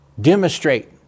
demonstrate